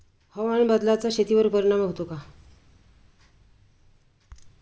हवामान बदलाचा शेतीवर परिणाम होतो का?